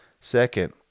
Second